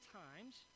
times